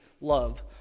love